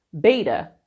Beta